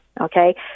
okay